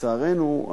לצערנו,